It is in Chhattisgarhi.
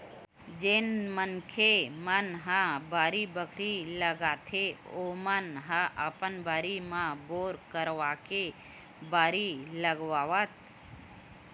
जेन मनखे मन ह बाड़ी बखरी लगाथे ओमन ह अपन बारी म बोर करवाके बारी लगावत